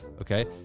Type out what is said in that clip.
Okay